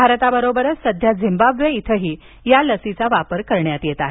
भारताबरोबरच सध्या झिंबाब्वे इथंही या लसीचा वापर करण्यात येत आहे